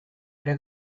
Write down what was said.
ere